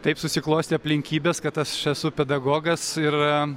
taip susiklostė aplinkybės kad aš esu pedagogas ir